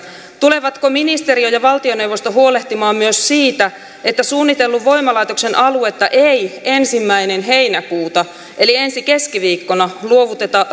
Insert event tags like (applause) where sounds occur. tulevatko ministeriö ja valtioneuvosto huolehtimaan myös siitä että suunnitellun voimalaitoksen aluetta ei ensimmäinen heinäkuuta eli ensi keskiviikkona luovuteta (unintelligible)